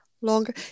longer